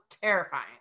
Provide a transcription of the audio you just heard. terrifying